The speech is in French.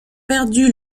perdu